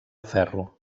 ferro